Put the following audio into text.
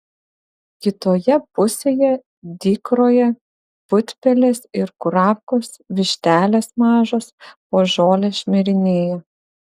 kitoje pusėje dykroje putpelės ir kurapkos vištelės mažos po žolę šmirinėja